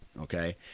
okay